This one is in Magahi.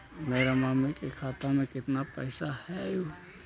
मेरा मामी के खाता में कितना पैसा हेउ?